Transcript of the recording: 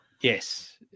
Yes